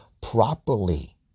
properly